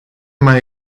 mai